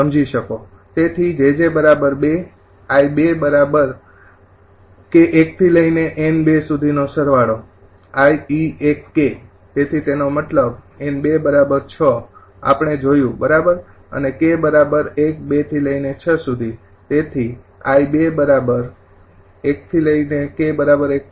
તેથી jj ૨ તેથી તેનો મતલબ N૨ ૬ આપડે જોયું બરોબર અને k ૧૨